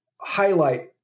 highlight